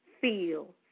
feel